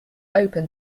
open